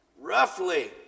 Roughly